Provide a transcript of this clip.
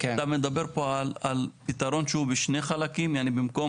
אתה מדבר על פתרון שהוא בשני חלקים במקום